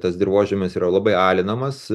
tas dirvožemis yra labai alinamas